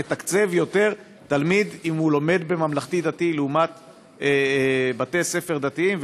מתקצב יותר תלמיד אם הוא לומד בממלכתי-דתי לעומת בתי ספר לא-דתיים?